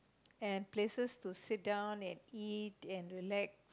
and places to sit down and eat and relax